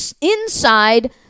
inside